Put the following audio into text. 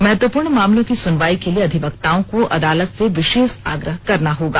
महत्वपूर्ण मामलों की सुनवाई के लिए अधिवक्ताओं को अदालत से विशेष आग्रह करना होगा